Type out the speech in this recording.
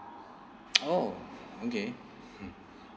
oh okay hmm